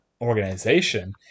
organization